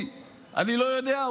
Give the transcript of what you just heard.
אני לא יודע,